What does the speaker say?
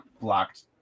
blocked